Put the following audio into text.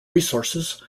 resources